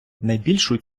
найбільшу